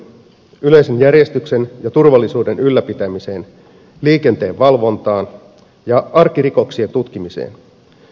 yleisen järjestyksen ja turvallisuuden ylläpitämiseen liikenteenvalvontaan ja arkirikoksien tutkimiseen